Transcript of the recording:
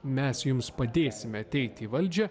mes jums padėsime ateiti į valdžią